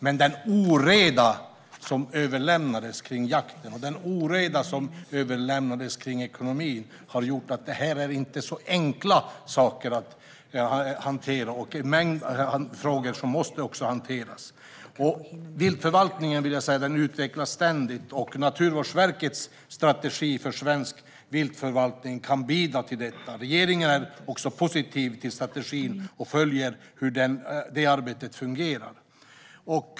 Men den oreda som överlämnades beträffande jakten och ekonomin har gjort att dessa saker inte är så enkla att hantera. Det rör sig också om en mängd frågor som måste hanteras. Viltförvaltningen utvecklas ständigt, och Naturvårdsverkets strategi för svensk viltförvaltning kan bidra till detta. Regeringen är positiv till strategin och följer hur arbetet fungerar.